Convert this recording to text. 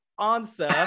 answer